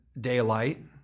daylight